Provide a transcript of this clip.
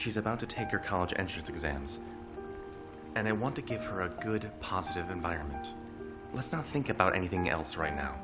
she's about to take her college entrance exams and i want to give her a good positive environment let's not think about anything else right now